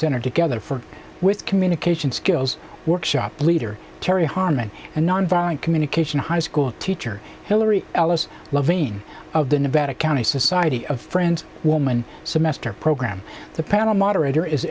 center together for with communication skills workshop leader terry harmon and nonviolent communication high school teacher hilary ellis levine of the nevada county society of friends woman semester program the panel moderator is